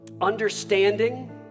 understanding